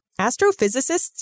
astrophysicists